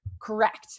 correct